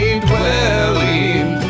dwelling